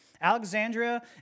Alexandria